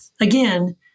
again